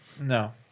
No